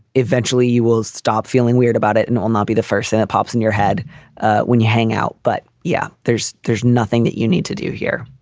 eventually you will stop feeling weird about it and will not be the first thing that pops in your head when you hang out. but yeah, there's there's nothing that you need to do here.